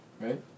right